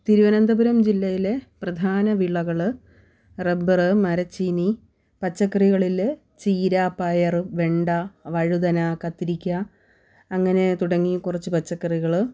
തിരുവനന്തപുരം ജില്ലയിലെ പ്രധാന വിളകൾ റബ്ബർ മരച്ചീനി പച്ചക്കറികളിൽ ചീര പയർ വെണ്ട വഴുതന കത്തിരിക്ക അങ്ങനെ തുടങ്ങി കുറച്ച് പച്ചക്കറികൾ